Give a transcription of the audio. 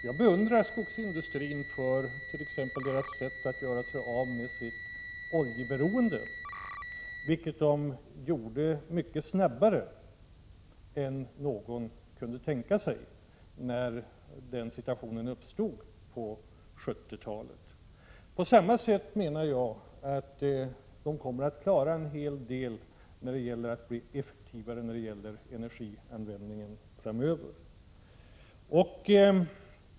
Jag beundrar skogsindustrin t.ex. för dess sätt att komma bort från sitt oljeberoende, vilket skogsindustrin klarade av mycket snabbare än någon kunde tänka sig i den situation som uppstod på 70-talet. Därför menar jag att skogsindustrin kommer att klara av en hel del när det gäller en effektivare energianvändning framöver.